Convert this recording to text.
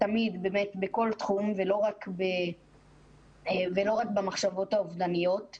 תמיד בכל תחום ולא רק במחשבות האובדניות.